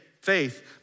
faith